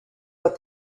what